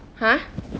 !huh!